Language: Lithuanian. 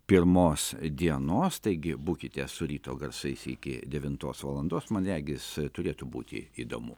pirmos dienos taigi būkite su ryto garsais iki devintos valandos man regis turėtų būti įdomu